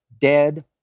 dead